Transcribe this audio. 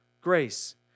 grace